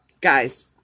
Guys